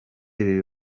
ibi